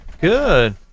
Good